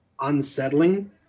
unsettling